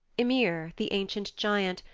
ymir, the ancient giant,